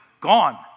Gone